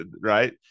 right